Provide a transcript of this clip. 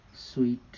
sweet